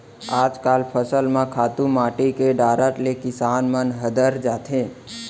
आजकल फसल म खातू माटी के डारत ले किसान मन हदर जाथें